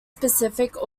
specific